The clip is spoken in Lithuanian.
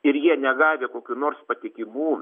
ir jie negavę kokių nors patikimų